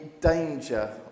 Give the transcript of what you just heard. danger